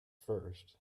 first